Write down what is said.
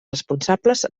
responsables